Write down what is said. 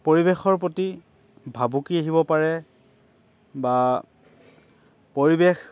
পৰিৱেশৰ প্ৰতি ভাবুকি আহিব পাৰে বা পৰিৱেশ